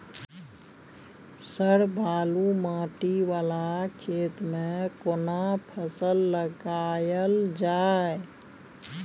Sir बालू माटी वाला खेत में केना फसल लगायल जाय?